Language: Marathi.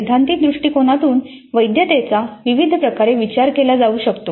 सैद्धांतिक दृष्टीकोनातून वैधतेचा विविध प्रकारे विचार केला जाऊ शकतो